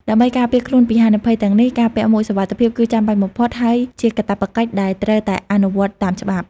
ដើម្បីការពារខ្លួនពីហានិភ័យទាំងនេះ ការពាក់មួកសុវត្ថិភាពគឺចាំបាច់បំផុត ហើយជាកាតព្វកិច្ចដែលត្រូវតែអនុវត្តតាមច្បាប់។